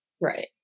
Right